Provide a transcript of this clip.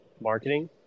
marketing